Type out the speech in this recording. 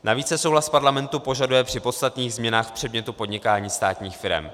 Navíc se souhlas parlamentu požaduje při podstatných změnách předmětu podnikání státních firem.